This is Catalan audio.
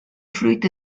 fruit